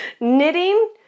Knitting